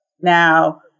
Now